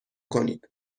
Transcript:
کنید